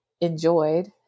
enjoyed